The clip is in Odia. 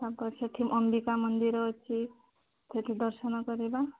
ତାଙ୍କର ସେଠି ଅମ୍ବିକା ମନ୍ଦିର ଅଛି ସେଇଠି ଦର୍ଶନ କରିବା